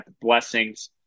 Blessings